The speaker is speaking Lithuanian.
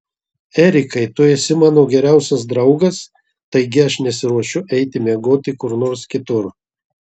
erikai tu esi mano geriausias draugas taigi aš nesiruošiu eiti miegoti kur nors kitur